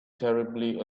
terribly